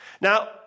Now